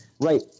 Right